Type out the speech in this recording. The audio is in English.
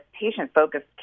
patient-focused